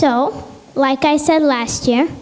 so like i said last year